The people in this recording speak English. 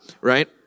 right